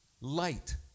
light